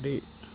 ᱟᱹᱰᱤ